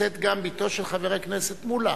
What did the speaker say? נמצאת גם בתו של חבר הכנסת מולה.